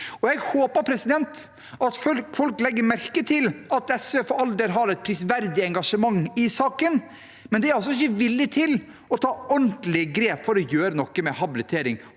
Jeg håper folk legger merke til at SV for all del har et prisverdig engasjement i saken, men de er altså ikke villige til å ta ordentlige grep for å gjøre noe med habiliterings-